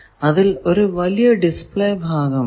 അതിൽ ഒരു വലിയ ഡിസ്പ്ലേ ഭാഗം ഉണ്ട്